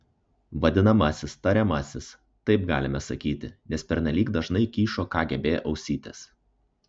vadinamasis tariamasis taip galime sakyti nes pernelyg dažnai kyšo kgb ausytės